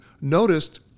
noticed